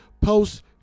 post